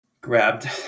grabbed